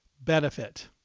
benefit